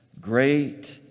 Great